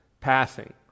passing